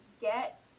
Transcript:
get